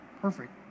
perfect